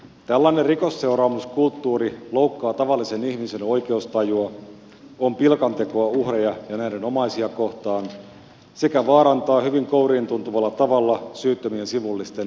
tällainen rikosseuraamuskulttuuri loukkaa tavallisen ihmisen oikeustajua on pilkantekoa uhreja ja näiden omaisia kohtaan sekä vaarantaa hyvin kouriintuntuvalla tavalla syyttömien sivullisten hengen ja terveyden